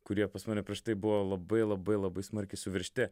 kurie pas mane prieš tai buvo labai labai labai smarkiai suveržti